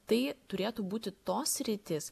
tai turėtų būti tos sritys